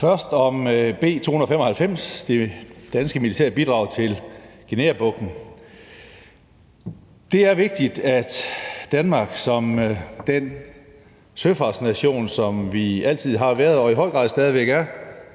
Først om B 295, det danske militære bidrag til Guineabugten: Det er vigtigt, at Danmark som den søfartsnation, som vi altid har været og i høj grad stadig væk